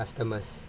the customers